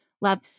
love